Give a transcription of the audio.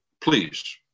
please